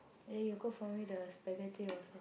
then you cook for me the spaghetti also